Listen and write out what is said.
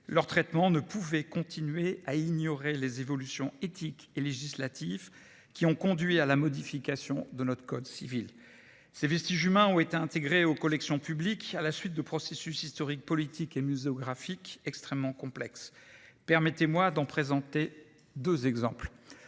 Leur traitement ne pouvait continuer à ignorer les évolutions éthiques et législatives qui ont conduit à la modification de notre code civil. Ces vestiges humains ont été intégrés aux collections publiques à la suite de processus historiques, politiques et muséographiques extrêmement complexes. Permettez-moi de présenter deux exemples.